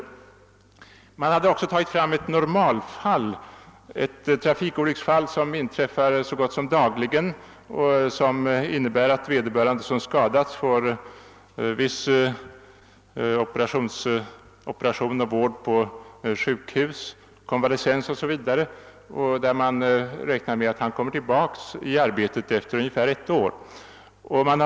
Vidare hade man tagit fram ett normalfall, ett trafikolycksfall som inträffar så gott som dagligen och som innebär att vederbörande skadad får viss behandling på sjukhus och efter konvalescens m.m. kommer tillbaka till arbetet efter ungefär ett år.